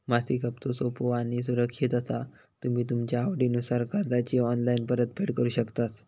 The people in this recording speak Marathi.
मासिक हप्तो सोपो आणि सुरक्षित असा तुम्ही तुमच्या आवडीनुसार कर्जाची ऑनलाईन परतफेड करु शकतास